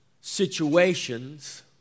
situations